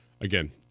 again